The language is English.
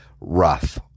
rough